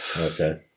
okay